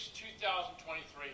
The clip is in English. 2023